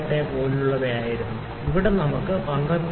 28 പോലെയായിരുന്നു ഇവിടെ നമുക്ക് 12